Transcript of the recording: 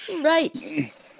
Right